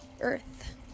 earth